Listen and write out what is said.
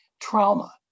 trauma